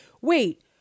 wait